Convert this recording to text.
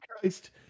Christ